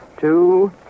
two